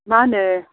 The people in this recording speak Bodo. मा होनो